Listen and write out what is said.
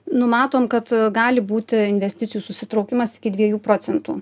numatom kad gali būti investicijų susitraukimas iki dviejų procentų